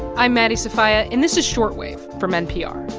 i'm maddie sofia, and this is short wave from npr.